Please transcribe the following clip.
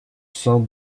sein